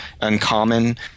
uncommon